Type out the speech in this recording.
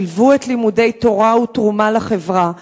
שילבו לימודי תורה ותרומה לחברה.